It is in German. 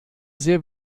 sehr